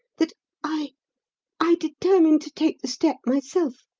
that i i determined to take the step myself,